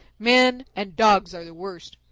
men and dogs are the worst.